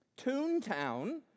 Toontown